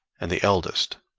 and the eldest,